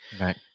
Right